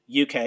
UK